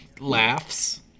laughs